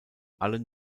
allen